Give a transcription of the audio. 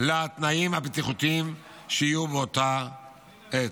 לתנאים שיהיו באותה עת.